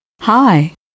Hi